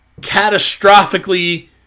catastrophically